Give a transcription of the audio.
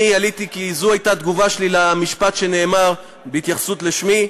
אני עליתי כי זאת הייתה התגובה שלי על משפט שנאמר בהתייחסות לשמי.